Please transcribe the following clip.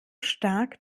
stark